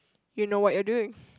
you know what you're doing